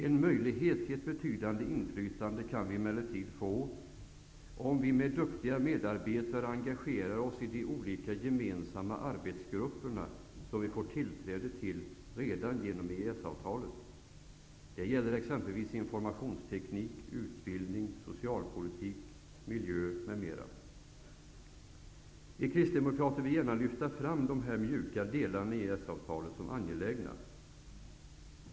En möjlighet till ett betydande inflytande kan vi emellertid få om vi med duktiga medarbetare engagerar oss i de olika gemensamma arbetsgrupperna som vi får tillträde till redan genom EES-avtalet. Det gäller exempelvis informationsteknik, utbildning, socialpolitik, miljö m.m. Vi kristdemokrater vill gärna lyfta fram dessa mjuka delar i EES-avtalet som angelägna.